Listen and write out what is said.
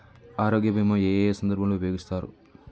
ఆరోగ్య బీమా ఏ ఏ సందర్భంలో ఉపయోగిస్తారు?